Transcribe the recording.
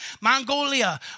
Mongolia